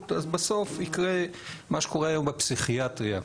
אז בסוף יקרה מה שקורה היום בפסיכיאטריה,